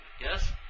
Yes